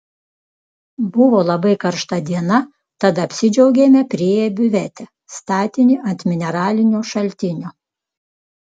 buvo labai karšta diena tad apsidžiaugėme priėję biuvetę statinį ant mineralinio šaltinio